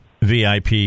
VIP